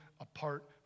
apart